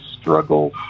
struggle